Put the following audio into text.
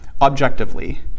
objectively